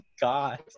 God